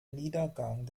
niedergang